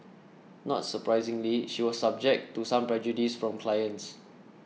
not surprisingly she was subject to some prejudice from clients